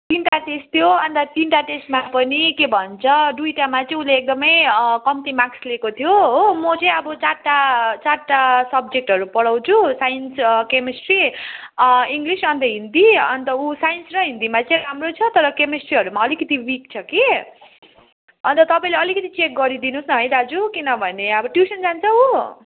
तिनवटा टेस्ट थियो अन्त तिनवटा टेस्टमा पनि के भन्छ दुईवटामा चाहिँ उसले एकदमै कम्ती मार्क्स ल्याएको थियो हो म चाहिँ अब चारवटा चारवटा सब्जेक्टहरू पढाउँछु साइन्स केमिस्ट्री इङ्गलिस अन्त हिन्दी अन्त ऊ साइन्स र हिन्दीमा चाहिँ राम्रै छ तर केमिस्ट्रीहरूमा अलिकति विक छ कि अन्त तपाईँले अलिकति चेक गरिदिनु होस् न है दाजु किनभने अब ट्युसन जान्छ ऊ